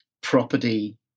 property